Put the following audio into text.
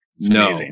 No